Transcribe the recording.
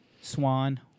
Swan